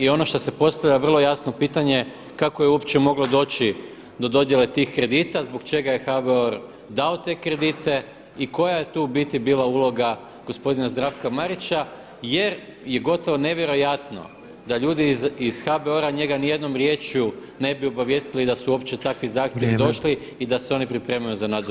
I ono što se postavlja vrlo jasno pitanje kako je uopće moglo doći do dodjele tih kredita, zbog čega je HBOR dao te kredite i koja je tu u biti bila uloga gospodina Zdravka Marića jer je gotovo nevjerojatno da ljudi iz HBOR-a njega ni jednom riječju ne bi obavijestili [[Upadica Petrov: Vrijeme.]] da su uopće takvi zahtjevi došli i da se oni pripremaju za nadzorni odbor.